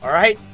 right?